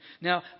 Now